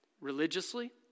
Religiously